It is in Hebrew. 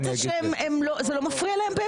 זה לא מפריע להם?